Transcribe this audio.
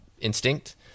instinct